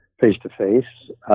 face-to-face